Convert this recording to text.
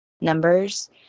numbers